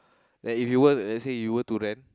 that if you work let's say you go to rent